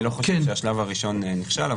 אני לא חושב שהשלב הראשון נכשל.